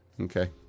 Okay